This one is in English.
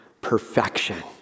perfection